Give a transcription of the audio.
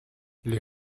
les